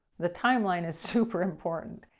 the timeline is super important.